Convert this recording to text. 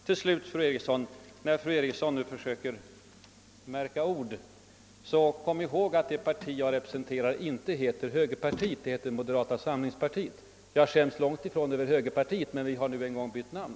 Till sist, fru Eriksson: När fru Eriksson nu försöker märka ord, kom då ihåg att det parti jag representerar inte heter högerpartiet utan moderata samlingspartiet. Jag skäms långtifrån över högernamnet — tvärtom — men vi har nu en gång bytt namn.